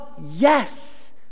Yes